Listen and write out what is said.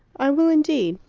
i will indeed.